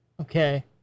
Okay